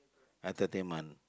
entertainment